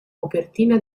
copertina